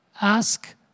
Ask